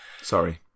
sorry